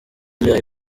live